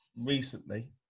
recently